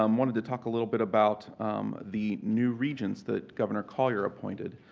um wanted to talk a little bit about the new regents that governor colyer appointed.